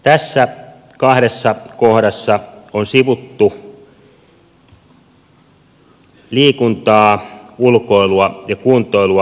näissä kahdessa kohdassa on sivuttu liikuntaa ulkoilua ja kuntoilua